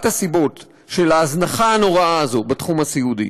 הסיבות של ההזנחה הנוראה הזאת בתחום הסיעודי: